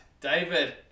David